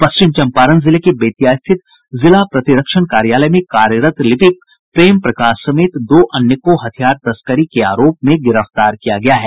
पश्चिम चम्पारण जिले के बेतिया स्थित जिला प्रतिरक्षण कार्यालय में कार्यरत लिपिक प्रेम प्रकाश समेत दो अन्य को हथियार तस्करी के आरोप में गिरफ्तार किया गया है